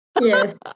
Yes